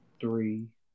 Three